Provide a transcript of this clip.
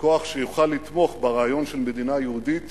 כוח שיוכל לתמוך ברעיון של מדינה יהודית